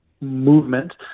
movement